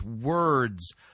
words